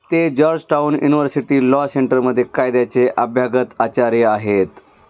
ते Georgetown University Law सेंटरमध्ये कायद्याचे अभ्यागत आचार्य आहेत